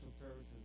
services